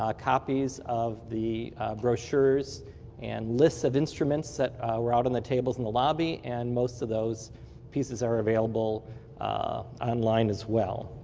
ah copies of the brochures and lists of instruments that were out on the tables in the lobby and most of those pieces are available online as well.